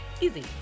easy